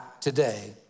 today